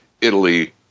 Italy